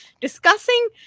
discussing